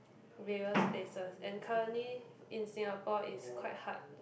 various places and currently in Singapore is quite hard